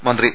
മന്ത്രി വി